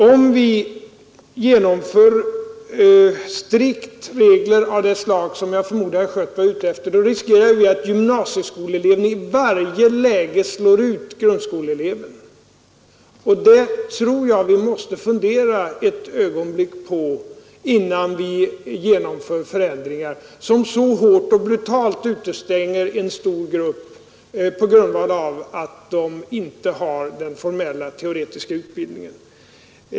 Om vi strikt genomför regler av det slag som jag förmodar herr Schött var ute efter, riskerar vi att gymnasieskoleeleven i varje läge slår ut grundskoleeleven. Jag tror att vi måste fundera ett ögonblick innan vi genomför förändringar som så hårt och brutalt utestänger en stor grupp på grund av att den inte har den formella teoretiska utbildningen.